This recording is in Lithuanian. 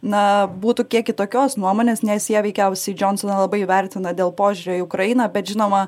na būtų kiek kitokios nuomonės nes jie veikiausiai džonsoną labai vertina dėl požiūrio į ukrainą bet žinoma